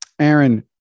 Aaron